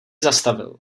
zastavil